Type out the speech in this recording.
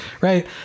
right